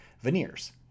veneers